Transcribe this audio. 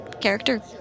character